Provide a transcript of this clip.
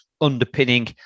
underpinning